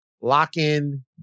Lock-in